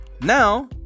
Now